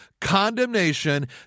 condemnation